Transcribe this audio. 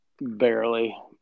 barely